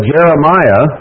Jeremiah